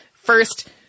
first